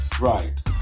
Right